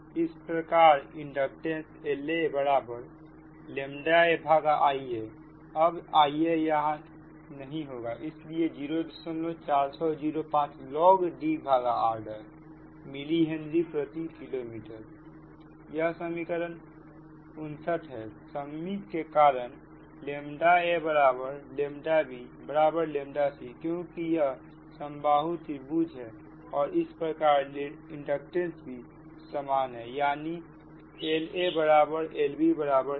इस प्रकार inductance La ʎa Ia है अब Ia यहां नहीं होगा इसलिए 04605 log D r milli henry प्रति किलोमीटर यह समीकरण 59 है सममित के कारण ʎa ʎb ʎ c क्योंकि यह समबाहु त्रिभुज है और इस प्रकार इंडक्टेंस भी समान है यानी LaLbLc